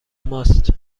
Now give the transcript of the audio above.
ماست